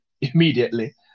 immediately